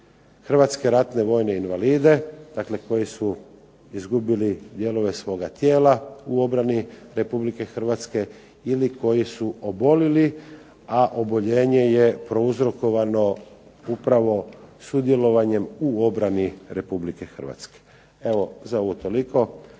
hrvatske ratne vojne invalide, dakle koji su izgubili dijelove svoga tijela u obrani Republike Hrvatske ili koji su obolili, a oboljenje je prouzrokovano upravo sudjelovanjem u obrani Republike Hrvatske. Evo za ovo toliko.